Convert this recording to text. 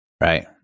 Right